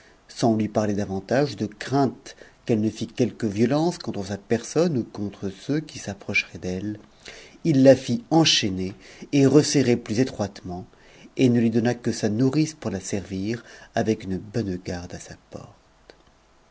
sans ni nartcr davantage de crainte qu'elle ne fît quelque violence contre sa m sonne ou contre ceux qui s'approcheraient d'eiïe il la fit enchaîner et csspttct plus étroitement et ne lui donna que sa nourrice pour la servir w une bonne garde à la porte